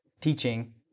teaching